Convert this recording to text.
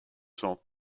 cents